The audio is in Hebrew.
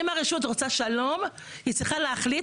אם הרשות רוצה שלום, היא צריכה להחליט